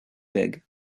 pig